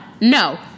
No